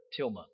tilma